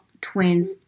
twins